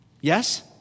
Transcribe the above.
Yes